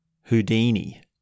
Houdini